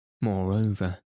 Moreover